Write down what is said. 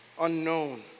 unknown